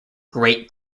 great